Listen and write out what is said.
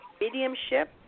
mediumship